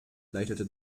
leitete